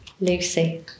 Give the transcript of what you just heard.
Lucy